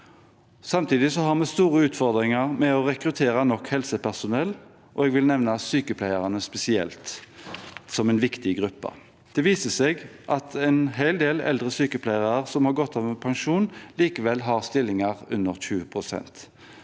Samtidig har vi store utfordringer med å rekruttere nok helsepersonell, og jeg vil spesielt nevne sykepleierne som en viktig gruppe. Det viser seg at en hel del eldre sykepleiere som har gått av med pensjon, likevel har stillinger under 20 pst.